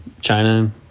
China